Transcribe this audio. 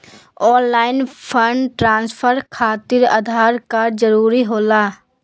Online fund transfer खातिर Aadhaar card जरूरी होला?